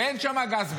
אין שם גז בכלל.